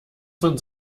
von